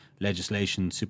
legislation